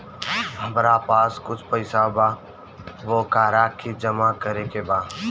हमरा पास कुछ पईसा बा वोकरा के जमा करे के बा?